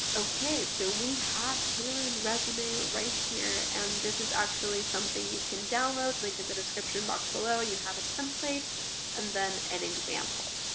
okay so we have taylor's resume right here and this is actually something you can download. link in the description box below. you have a template and then an example.